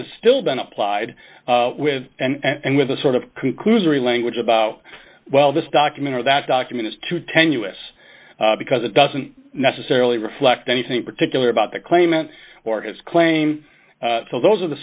has still been applied with and with the sort of conclusory language about well this document or that document is to tenuous because it doesn't necessarily reflect anything particular about the claimant or his claim so those are the